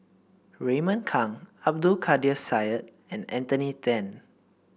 Raymond Kang Abdul Kadir Syed and Anthony Then